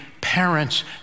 parents